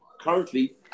Currently